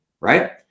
right